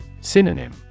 Synonym